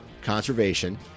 conservation